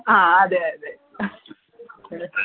ആ അതെ അതെ